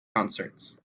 concerts